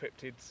cryptids